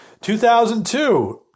2002